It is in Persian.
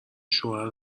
شوهر